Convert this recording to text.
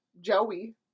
joey